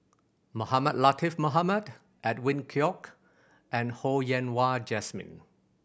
Mohamed Latiff Mohamed Edwin Koek and Ho Yen Wah Jesmine